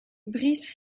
brice